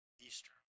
Easter